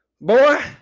boy